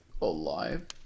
alive